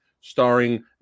starring